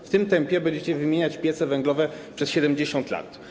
W tym tempie będziecie wymieniać piece węglowe przez 70 lat.